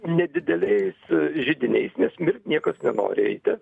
nedideliais židiniais nes niekas nenori eiti